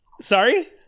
Sorry